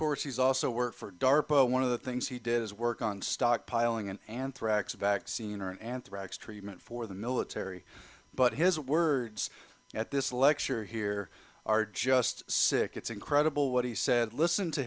course he's also worked for darpa one of the things he did is work on stockpiling an anthrax vaccine or an anthrax treatment for the military but his words at this lecture here are just sick it's incredible what he said listen to